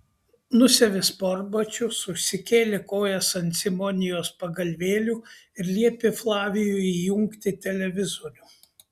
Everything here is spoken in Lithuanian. nusiavė sportbačius užsikėlė kojas ant simonijos pagalvėlių ir liepė flavijui įjungti televizorių